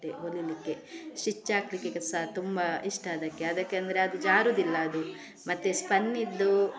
ಬಟ್ಟೆ ಹೊಲಿಲಿಕ್ಕೆ ಸ್ಟಿಚ್ ಹಾಕ್ಲಿಕ್ಕೆ ಸಹ ತುಂಬಾ ಇಷ್ಟ ಅದಕ್ಕೆ ಅದಕ್ಕೆ ಅಂದರೆ ಅದು ಜಾರೋದಿಲ್ಲ ಅದು ಮತ್ತೆ ಸ್ಪನ್ನಿದ್ದು